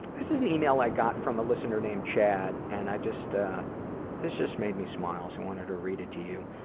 this is an email i got from a listener named chad and i just this just made me smile so i wanted to read it to you.